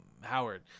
howard